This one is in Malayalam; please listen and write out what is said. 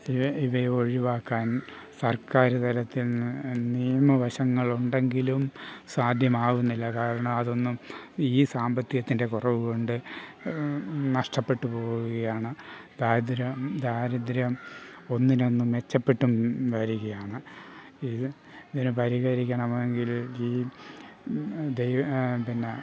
ഇവ ഇവയെ ഒഴിവാക്കാൻ സർക്കാർ തലത്തിൽ നിന്ന് നിയമവശങ്ങളുണ്ടെങ്കിലും സാധ്യമാകുന്നില്ല കാരണം അതൊന്നും ഈ സാമ്പത്തികത്തിൻ്റെ കുറവുകൊണ്ട് നഷ്ടപ്പെട്ടു പോവുകയാണ് ദാരിദ്ര്യം ദാരിദ്ര്യം ഒന്നിനൊന്നു മെച്ചപ്പെട്ടും വരികയാണ് ഇത് ഇതിനെ പരിഹരിക്കണമെങ്കിൽ ദൈവം പിന്നെ